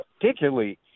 particularly